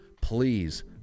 please